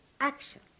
action